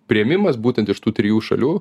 priėmimas būtent iš tų trijų šalių